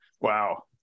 Wow